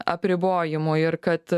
apribojimų ir kad